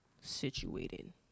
Situated